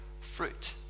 fruit